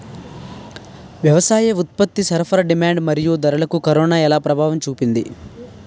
వ్యవసాయ ఉత్పత్తి సరఫరా డిమాండ్ మరియు ధరలకు కరోనా ఎలా ప్రభావం చూపింది